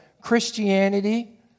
Christianity